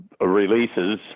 releases